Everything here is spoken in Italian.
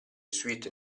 suite